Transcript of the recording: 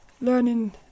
learning